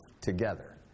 together